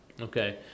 Okay